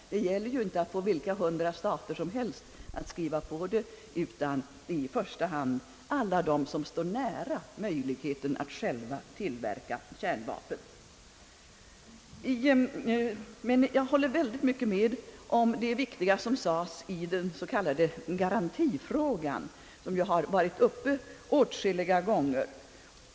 Man kan inte vara betjänt med att få vilka hundra stater som helst att skriva på ett icke-spridningsavtal, utan i första hand alla dem som står nära möjligheten att själva tillverka kärnvapen. Jag kan helt hålla med herr Virgin om det viktiga som sades i den s.k. garantifrågan, som ju har varit uppe åtskilliga gånger.